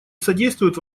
содействуют